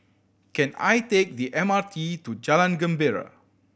can I take the M R T to Jalan Gembira